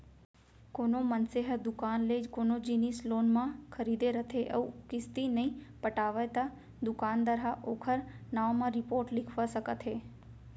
कोनो मनसे ह दुकान ले कोनो जिनिस लोन म खरीदे रथे अउ किस्ती नइ पटावय त दुकानदार ह ओखर नांव म रिपोट लिखवा सकत हे